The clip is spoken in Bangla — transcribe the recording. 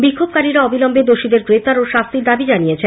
বিক্ষোভকারীরা অবিলম্বে দোষীদের গ্রেপ্তার ও শাস্তির দাবি জানিয়েছেন